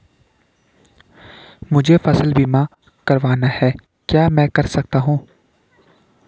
मुझे फसल बीमा करवाना है क्या मैं कर सकता हूँ?